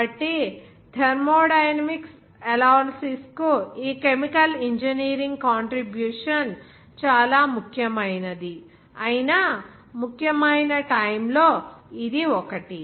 కాబట్టి thermodynamics analysis కు ఈ కెమికల్ ఇంజనీరింగ్ కాంట్రిబ్యూషన్ చాలా ముఖ్యమైనది అయిన ముఖ్యమైన టైమ్ లో ఇది ఒకటి